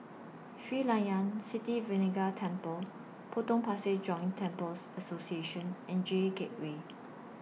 Sri Layan Sithi Vinayagar Temple Potong Pasir Joint Temples Association and J Gateway